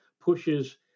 pushes